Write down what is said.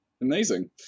Amazing